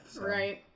Right